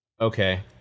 okay